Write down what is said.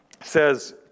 says